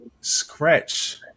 scratch